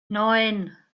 neun